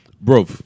Bro